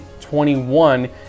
21